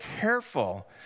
careful